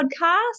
podcast